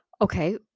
Okay